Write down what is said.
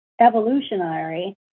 evolutionary